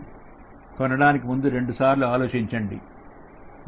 కొనడానికి ముందు రెండు సార్లు ఆలోచించండి